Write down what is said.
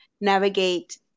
navigate